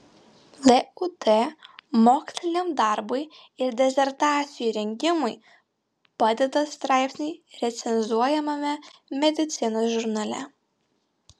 lud moksliniam darbui ir disertacijų rengimui padeda straipsniai recenzuojamame medicinos žurnale